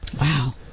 Wow